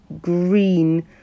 green